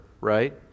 right